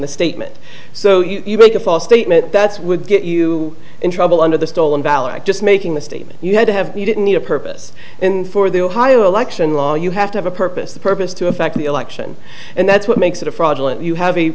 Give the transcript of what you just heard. the statement so you make a false statement that's would get you in trouble under the stolen valor act just making the statement you had to have you didn't need a purpose for the ohio election law you have to have a purpose a purpose to affect the election and that's what makes it a fraudulent you have a